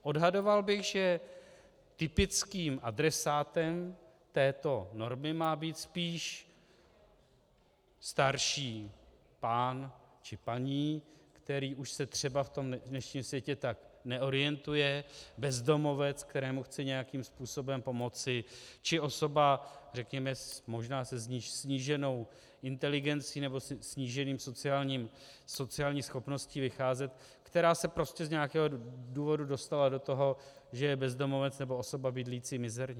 Odhadoval bych, že typickým adresátem této normy má být spíš starší pán či paní, kteří už se třeba v tom dnešním světě tak neorientují, bezdomovec, kterému chce nějakým způsobem pomoci, či osoba možná se sníženou inteligencí nebo sníženou sociální schopností vycházet, která se prostě z nějakého důvodu dostala do toho, že je bezdomovec nebo osoba bydlící mizerně.